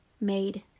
made